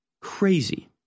crazy